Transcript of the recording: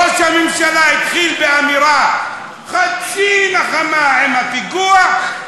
ראש הממשלה התחיל באמירה "חצי נחמה" עם הפיגוע,